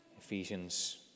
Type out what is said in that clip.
Ephesians